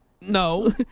No